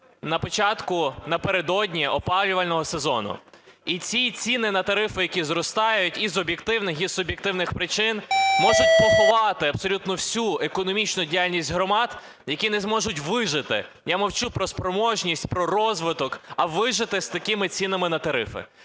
на початку, напередодні опалювального сезону. І ці ціни на тарифи, які зростають і з об'єктивних, і з суб'єктивних причин, можуть поховати абсолютно всю економічну діяльність громад, які не зможуть вижити. Я мовчу про спроможність, про розвиток, а вижити з такими цінами на тарифи.